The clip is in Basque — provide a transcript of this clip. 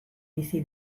bizi